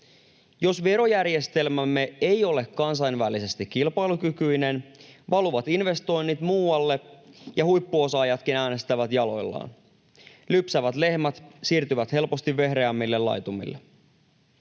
Jos verojärjestelmämme ei ole kansainvälisesti kilpailukykyinen, valuvat investoinnit muualle ja huippuosaajatkin äänestävät jaloillaan. Lypsävät lehmät siirtyvät helposti vehreämmille laitumille.